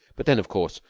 but then, of course,